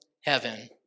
heaven